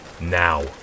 Now